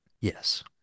Yes